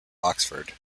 oxford